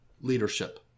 Leadership